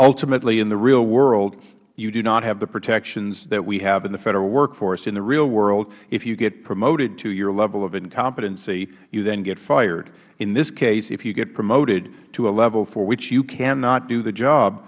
ultimately in the real world you do not have the protections that we have in the federal workforce in the real world if you get promoted to your level of incompetency you then get fired in this case if you get promoted to a level for which you cannot do the job